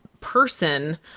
person